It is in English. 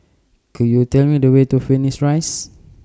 Could YOU Tell Me The Way to Phoenix Rise